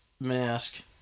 Mask